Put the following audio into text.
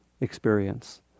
experience